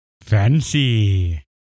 Fancy